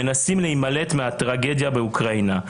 מנסים להימלט מהטרגדיה באוקראינה.